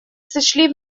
сочли